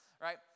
right